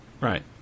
Right